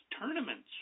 tournaments